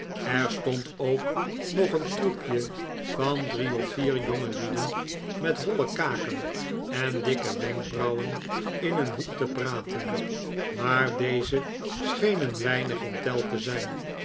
er stond ook nog een troepje van drie of vier jongelieden met holle kaken en dikke wenkbrauwen in een hoek te praten maar deze schenen weinig in tel te zijn